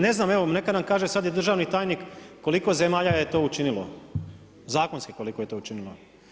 Ne znam, neka nam kaže sad i državni tajnik koliko zemalja je to učinilo, zakonski koliko je to učinilo.